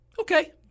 Okay